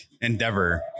endeavor